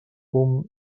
fum